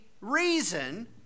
reason